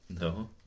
No